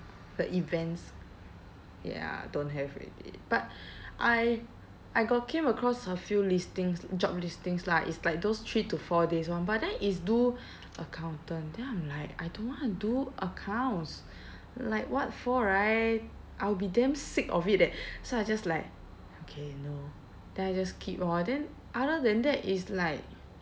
the events ya don't have already but I I got came across a few listings job listings lah it's like those three to four days [one] but then it's do accountant then I'm like I don't want to do accounts like what for right I'll be damn sick of it eh so I just like okay no then I just keep lor then other than that it's like